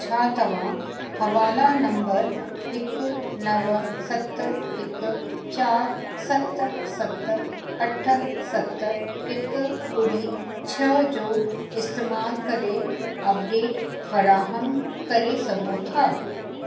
छा तव्हां हवाला नम्बर हिकु नव सत हिक चार सत सत अठ सत हिक ॿुड़ी छह जो इस्तेमाल करे अपडेट फ़राहम करे सघो था